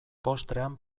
postrean